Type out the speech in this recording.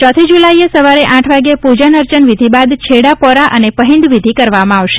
ચોથી જુલાઇએ સવારે આઠ વાગે પૂજન અર્ચન વિધિ બાદ છેડા પોરા અને પહિન્દ વિધિ કરવામાં આવશે